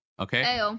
okay